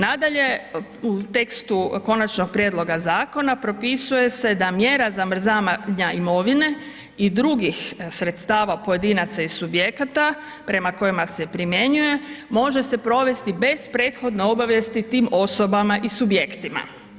Nadalje u tekstu konačnog prijedloga zakona, propisuje se da mjera zamrzavanja imovine i drugih sredstava, pojedinaca i subjekata prema kojima se primjenjuje, može se provesti bez prethodne obavijesti tim osobama i subjektima.